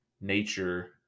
nature